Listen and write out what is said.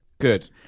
good